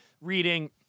reading